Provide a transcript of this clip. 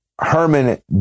Herman